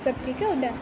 सभु ठीकु आहे होॾां हा